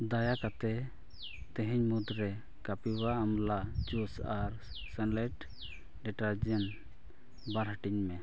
ᱫᱟᱭᱟ ᱠᱟᱛᱮᱫ ᱛᱮᱦᱮᱧ ᱢᱩᱫᱽᱨᱮ ᱠᱟᱯᱤᱵᱟ ᱟᱢᱞᱟ ᱡᱩᱥ ᱟᱨ ᱥᱟᱱ ᱞᱟᱭᱤᱴ ᱰᱤᱴᱟᱨᱡᱮᱱᱴ ᱵᱟᱨ ᱦᱟᱹᱴᱤᱧ ᱢᱮ